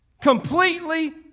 Completely